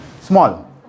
small